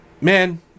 Man